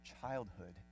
childhood